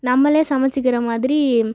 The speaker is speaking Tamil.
நம்மளே சமைச்சிக்கிற மாதிரி